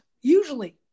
Usually